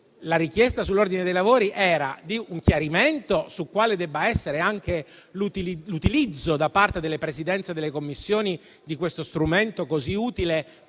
la richiesta sull'ordine dei lavori era di un chiarimento su quale debba essere anche l'utilizzo da parte delle Presidenze delle Commissioni di questo strumento così utile